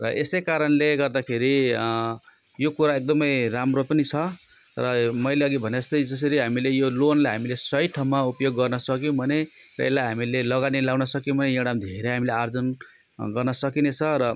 र यसै कारणले गर्दाखेरि यो कुरा एकदम राम्रो पनि छ र मैले अघि भने जस्तै जसरी हामीले यो लोनलाई हामीले सही ठाउँमा उपयोग गर्न सक्यौँ भने र यसलाई हामीले लगानी लगाउन सक्यौँ एउटा धेरै हामीले आर्जन गर्न सकिने छ र